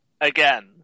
Again